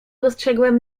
dostrzegłem